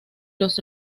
los